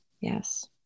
Yes